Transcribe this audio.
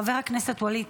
חבר הכנסת ווליד